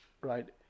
right